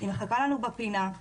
היא מחכה לנו בפינה,